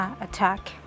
attack